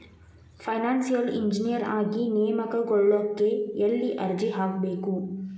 Financial engineer ಆಗಿ ನೇಮಕಗೊಳ್ಳಿಕ್ಕೆ ಯೆಲ್ಲಿ ಅರ್ಜಿಹಾಕ್ಬೇಕು?